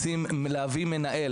אם רוצים להביא מנהל,